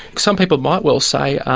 some people might well say,